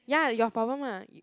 ya your problem ah you